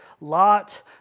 Lot